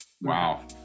Wow